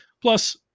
Plus